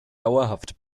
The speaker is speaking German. dauerhaft